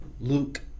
Luke